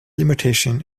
limitation